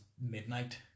midnight